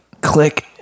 click